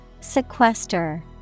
Sequester